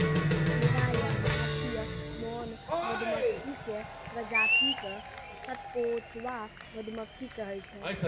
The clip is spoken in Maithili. खैरा या भारतीय मौन मधुमक्खी के प्रजाति क सतकोचवा मधुमक्खी कहै छै